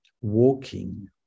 walking